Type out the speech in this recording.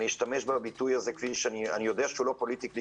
אני יודע שהביטוי הזה לא פוליטיקלי